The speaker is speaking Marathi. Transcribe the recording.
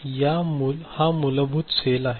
तर हा मूलभूत मेमरी सेल आहे